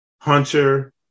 Hunter